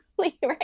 Right